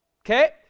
Okay